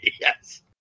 yes